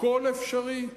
הכול אפשרי?